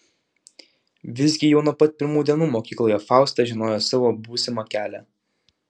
visgi jau nuo pat pirmų dienų mokykloje fausta žinojo savo būsimą kelią